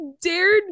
dared